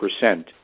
percent